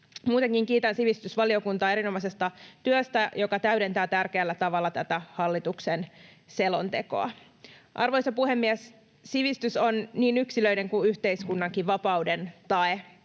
Muutenkin kiitän sivistysvaliokuntaa erinomaisesta työstä, joka täydentää tärkeällä tavalla tätä hallituksen selontekoa. Arvoisa puhemies! Sivistys on niin yksilöiden kuin yhteiskunnankin vapauden tae.